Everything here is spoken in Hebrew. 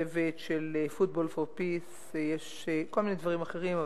משולבת שלfootball for peace וכל מיני דברים אחרים,